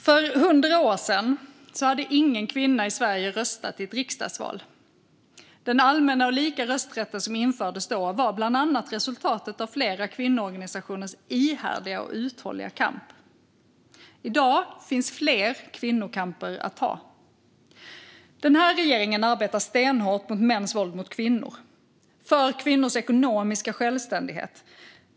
Fru talman! För 100 år sedan hade ingen kvinna i Sverige röstat i ett riksdagsval. Den allmänna och lika rösträtt som infördes då var bland annat resultatet av flera kvinnoorganisationers ihärdiga och uthålliga kamp. I dag finns fler kvinnokamper att ta. Den här regeringen arbetar stenhårt mot mäns våld mot kvinnor och för kvinnors ekonomiska självständighet.